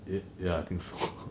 eh ya I think so